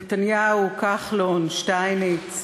נתניהו, כחלון, שטייניץ,